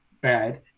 bad